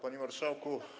Panie Marszałku!